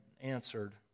answered